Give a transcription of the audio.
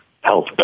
health